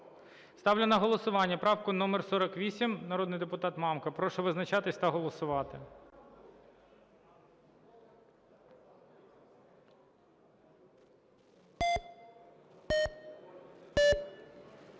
Ставлю на голосування правку номер 48, народний депутат Мамка. Прошу визначатись та голосувати.